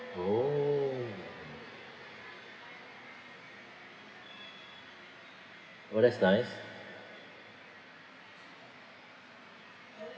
oh oh that's nice